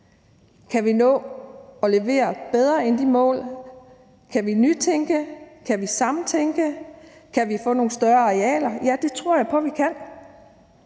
Kan vi nå at levere noget, der er bedre end de mål? Kan vi nytænke? Kan vi samtænke? Kan vi få nogle større arealer? Ja, det tror jeg på at vi kan